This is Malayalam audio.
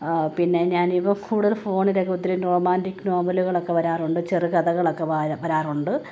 പിന്നെ ഞാന് ഇപ്പോള് കൂടുതല് ഫോണിലൊക്കെ ഒത്തിരി റൊമാൻറ്റിക് നോവലുകളൊക്കെ വരാറുണ്ട് ചെറുകഥകളൊക്കെ വാരാ വരാറുണ്ട്